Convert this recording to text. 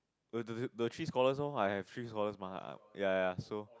the the the three scholars loh I have three scholars mah ya ya so